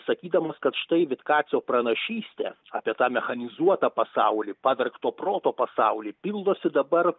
sakydamas kad štai vitlacio pranašystė apie tą mechanizuotą pasaulį pavergto proto pasaulį pildosi dabar